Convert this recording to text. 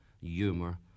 humour